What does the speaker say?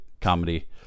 Comedy